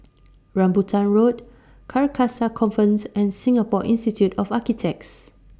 Rambutan Road Carcasa Convent and Singapore Institute of Architects